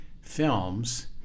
films